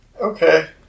Okay